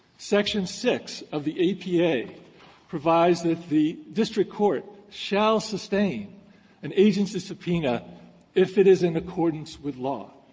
section six of the apa provides that the district court shall sustain an agency subpoena if it is in accordance with law.